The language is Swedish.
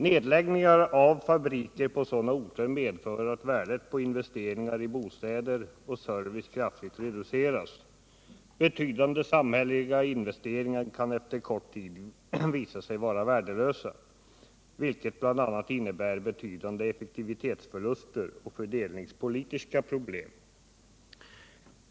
Nedläggningar av fabriker på sådana orter medför att värdet på investeringar i bostäder och service kraftigt reduceras. Betydande samhälleliga investeringar kan efter kort tid visa sig vara värdelösa, vilket bl.a. innebär betydande effektivitetsförluster och fördelningspolitiska problem.